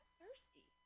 thirsty